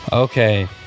Okay